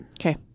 Okay